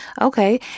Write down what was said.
Okay